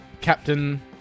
Captain